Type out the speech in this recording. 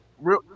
real